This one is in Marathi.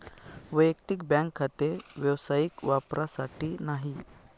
वैयक्तिक बँक खाते व्यावसायिक वापरासाठी नाही